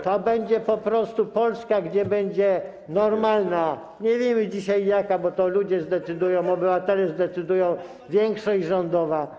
To będzie po prostu Polska, gdzie będzie normalna - nie wiemy dzisiaj jaka, bo ludzie zdecydują, obywatele zdecydują - większość rządowa.